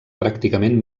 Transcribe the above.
pràcticament